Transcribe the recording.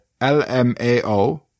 LMAO